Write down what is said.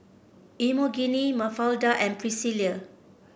Emogene Mafalda and Priscilla